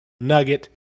nugget